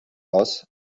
aus